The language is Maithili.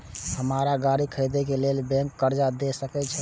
हमरा गाड़ी खरदे के लेल बैंक कर्जा देय सके छे?